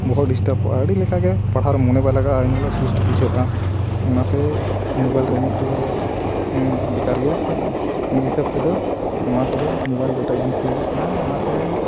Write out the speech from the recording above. ᱵᱚᱦᱚᱜ ᱰᱤᱥᱴᱟᱵ ᱚᱜᱼᱟ ᱟᱹᱰᱤ ᱞᱮᱠᱟ ᱜᱮ ᱯᱟᱲᱦᱟᱣ ᱨᱮ ᱢᱚᱱᱮ ᱵᱟᱭ ᱞᱟᱜᱟᱜᱼᱟ ᱮᱱᱦᱤᱞᱳᱜ ᱥᱩᱥᱛᱷᱚ ᱵᱩᱡᱷᱟᱹᱜᱼᱟ ᱚᱱᱟᱛᱮ ᱢᱳᱵᱟᱭᱤᱞ ᱨᱮ ᱮᱱᱮᱡ ᱫᱚ ᱵᱮᱠᱟᱨ ᱜᱮᱭᱟ ᱢᱤᱫ ᱦᱤᱥᱟᱹᱵᱽ ᱛᱮᱫᱚ ᱱᱚᱣᱟ ᱠᱚᱫᱚ ᱢᱳᱵᱟᱭᱤᱞ ᱫᱚ ᱮᱴᱟᱜ ᱡᱤᱱᱤᱥ ᱞᱟᱹᱜᱤᱫ ᱠᱟᱱᱟ ᱚᱱᱟᱛᱮ